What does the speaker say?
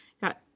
got